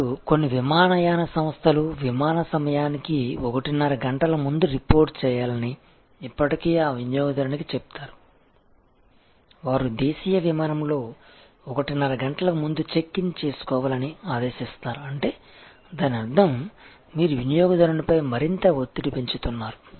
ఇప్పుడు కొన్ని విమానయాన సంస్థలు విమాన సమయానికి ఒకటిన్నర గంటల ముందు రిపోర్ట్ చేయాలని ఇప్పటికే ఆ వినియోగదారునికి చెప్తారు వారు దేశీయ విమానంలో ఒకటిన్నర గంటల ముందు చెక్ ఇన్ చేసుకోవాలి అని ఆదేశిస్తారు అంటే దాని అర్థం మీరు వినియోగదారునిపై మరింత ఒత్తిడి పెంచుతున్నారు